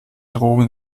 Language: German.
drogen